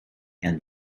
and